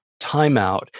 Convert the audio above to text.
timeout